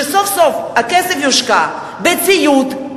שסוף-סוף הכסף יושקע בציוד,